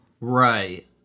Right